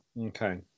okay